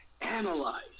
analyze